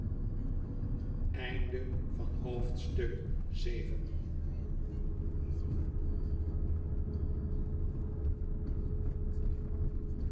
invloed van het